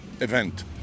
event